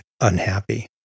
unhappy